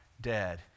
dead